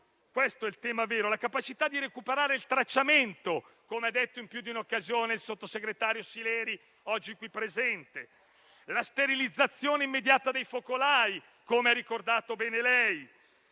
questo è il tema vero - di recuperare il tracciamento (come ha detto in più di un'occasione il sottosegretario Sileri, oggi presente in Aula); la sterilizzazione immediata dei focolai, come ha ricordato bene lei;